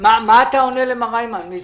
מה אתה עונה למר היימן?